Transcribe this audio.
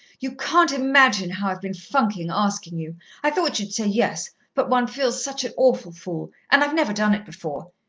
you can't imagine how i've been funking asking you i thought you'd say yes, but one feels such an awful fool and i've never done it before.